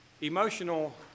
Emotional